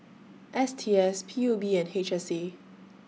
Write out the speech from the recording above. S T S P U B and H S A